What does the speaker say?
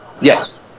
Yes